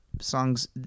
songs